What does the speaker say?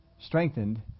strengthened